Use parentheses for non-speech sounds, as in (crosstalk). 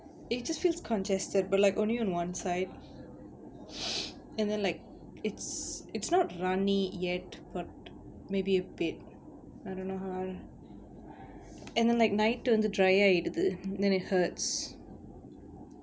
it just feels congested but like only on one side (noise) and then like it's it's not runny yet but maybe a bit I dunno how and at night வந்து:vanthu dry ஆயிடுது:aayiduthu then it hurts